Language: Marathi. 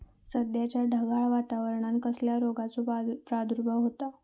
सध्याच्या ढगाळ वातावरणान कसल्या रोगाचो प्रादुर्भाव होता?